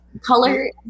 color